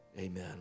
Amen